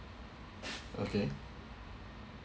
okay